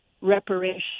reparation